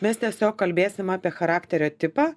mes tiesiog kalbėsim apie charakterio tipą